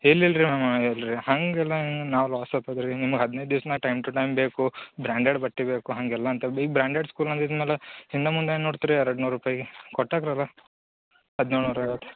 ಇಲ್ಲ ಇಲ್ಲ ರೀ ಮ್ಯಾಮ್ ಇಲ್ಲ ರೀ ಹಂಗೆ ಇಲ್ಲ ನಾವು ಲಾಸ್ ಆತದೆ ರೀ ನಿಮ್ಗೆ ಹದಿನೈದು ದಿವ್ಸ್ನಾಗೆ ಟೈಮ್ ಟು ಟೈಮ್ ಬೇಕು ಬ್ರ್ಯಾಂಡೆಡ್ ಬಟ್ಟೆ ಬೇಕು ಹಾಗೆಲ್ಲಾ ಅಂತ ಈಗ ಬ್ರ್ಯಾಂಡೆಡ್ ಸ್ಕೂಲ್ ಅಂದಿದ್ದ ಮೇಲೆ ಹಿಂದೆ ಮುಂದೆ ಏನು ನೋಡ್ತೀರಿ ಎರಡು ನೂರು ರೂಪಾಯಿಗೆ ಕೊಟ್ಟಕಾಗ ಹದಿನೈದು ನೂರ ಐವತ್ತು